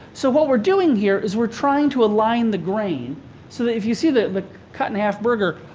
so what we're doing here is we're trying to align the grain so that if you see the cut-in-half burger,